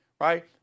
right